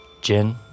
Jin